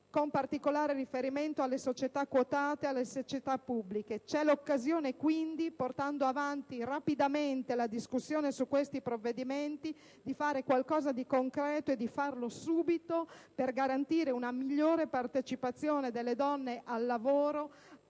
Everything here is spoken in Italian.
con particolare riferimento alle società quotate e alle società pubbliche. Quindi, portando avanti rapidamente la discussione su questi provvedimenti, c'è l'occasione, di fare qualcosa di concreto, e di farlo subito, per garantire una migliore partecipazione delle donne al lavoro